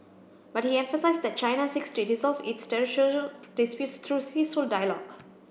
but he emphasised that China seeks to resolve its disputes through peaceful dialogue